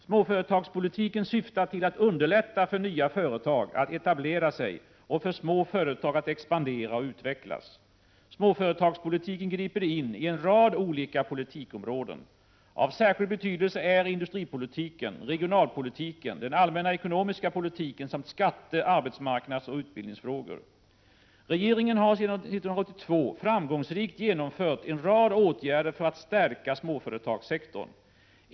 Småföretagspolitiken syftar till att underlätta för nya företag att etablera sig och för småföretag att expandera och utvecklas. Småföretagspolitiken Prot. 1987/88:34 griper in på en rad olika politikområden. Av särskild betydelse är industripo 30 november 1987 litiken, regionalpolitiken, den allmänna ekonomiska politiken samt skatte-, Om åtgärder för att arbetsmarknadsoch utbildningsfrågor. St SER Kö fa ; AR j 4 SÄ främja småföretagan Regeringen har sedan år 1982 framgångsrikt vidtagit en rad åtgärder för att det stärka småföretagssektorn.